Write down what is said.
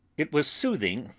it was soothing,